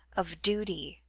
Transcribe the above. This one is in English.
of duty,